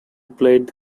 played